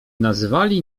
nazywali